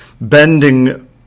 bending